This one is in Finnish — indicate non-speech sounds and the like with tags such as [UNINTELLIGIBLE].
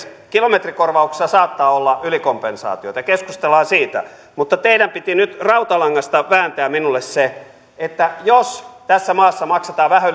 [UNINTELLIGIBLE] kilometrikorvauksessa saattaa olla ylikompensaatiota keskustellaan siitä mutta teidän piti nyt rautalangasta vääntää minulle se sillä jos tässä maassa maksetaan vähän [UNINTELLIGIBLE]